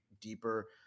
deeper